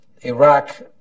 Iraq